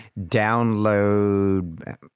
download